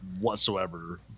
whatsoever